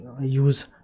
use